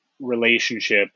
relationship